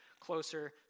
closer